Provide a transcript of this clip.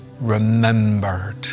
remembered